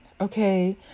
okay